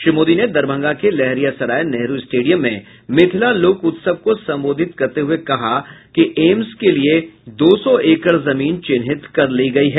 श्री मोदी ने दरभंगा के लहेरियासराय नेहरू स्टेडियम में मिथिला लोक उत्सव को संबोधित करते हुये कहा कि एम्स के लिए दो सौ एकड़ जमीन चिन्हित कर ली गई है